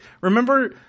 remember